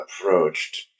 approached